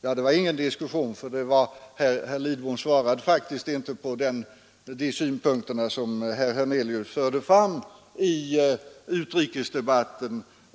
Ja, det var för resten ingen diskussion, ty herr Lidbom svarade faktiskt inte på de synpunkter: som herr Hernelius framförde.